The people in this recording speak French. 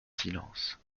silence